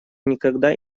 никогда